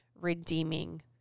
redeeming